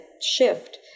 shift